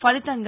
ఫలితంగా